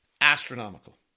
astronomical